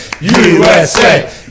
usa